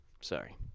Sorry